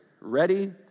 ready